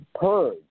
purge